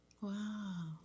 Wow